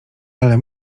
ale